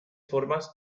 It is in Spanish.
formas